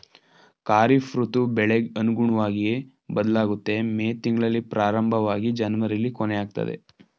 ಖಾರಿಫ್ ಋತು ಬೆಳೆಗ್ ಅನುಗುಣ್ವಗಿ ಬದ್ಲಾಗುತ್ತೆ ಮೇ ತಿಂಗ್ಳಲ್ಲಿ ಪ್ರಾರಂಭವಾಗಿ ಜನವರಿಲಿ ಕೊನೆಯಾಗ್ತದೆ